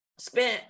spent